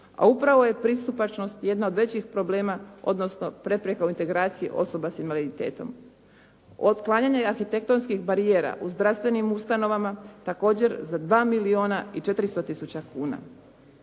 a upravo je pristupačnost jedan od većih problema odnosno prepreka u integraciji osoba s invaliditetom. Otklanjanje arhitektonskih barijera u zdravstvenim ustanovama također za 2 milijuna i 400 tisuća kuna.